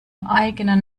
eigenen